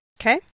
Okay